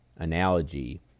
analogy